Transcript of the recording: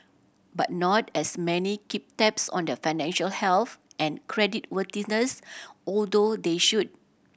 but not as many keep tabs on their financial health and creditworthiness although they should